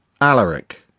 Alaric